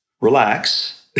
Relax